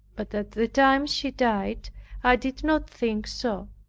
but at the time she died i did not think so.